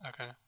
Okay